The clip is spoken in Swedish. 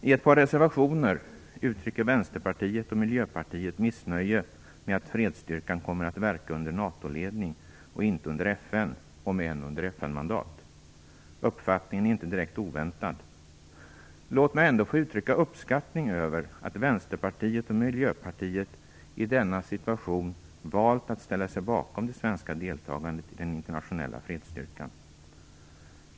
I ett par reservationer uttrycker Vänsterpartiet och Miljöpartiet missnöje med att fredsstyrkan kommer att verka under NATO-ledning och inte under FN, om än under FN-mandat. Uppfattningen är inte direkt oväntad. Låt mig ändå få uttrycka uppskattning över att Vänsterpartiet och Miljöpartiet i denna situation valt att ställa sig bakom det svenska deltagandet i den internationella fredsstyrkan.